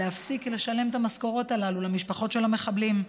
להפסיק לשלם את המשכורות הללו למשפחות של המחבלים.